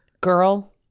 girl